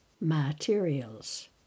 materials